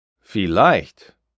Vielleicht